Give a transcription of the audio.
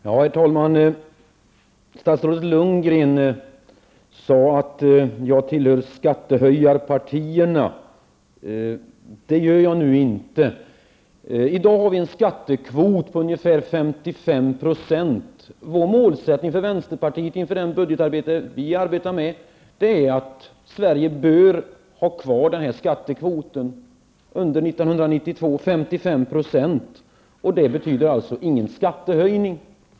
Herr talman! Statsrådet Lundgren sade att jag tillhör skattehöjarpartierna. Det gör jag inte. I dag har vi en skattekvot på ungefär 55 %. Vänsterpartiets målsättning i budgetarbetet är att Sverige bör ha kvar denna skattekvot under 1992. Det betyder således ingen skattehöjning.